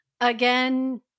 again